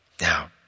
Now